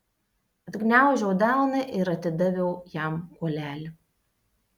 atgniaužiau delną ir atidaviau jam kuolelį